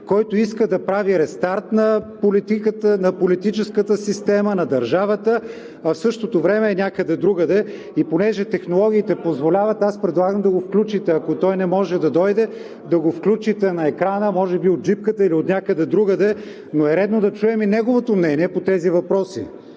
който иска да прави рестарт на политиката, на политическата система, на държавата, а в същото време е някъде другаде?! Понеже технологиите позволяват, аз предлагам, ако той не може да дойде, да го включите на екрана – може би от джипката или от някъде другаде, но е редно да чуем и негово мнение по тези въпроси.